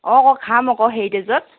অঁ আকৌ খাম আকৌ হেৰিটেজত